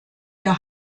der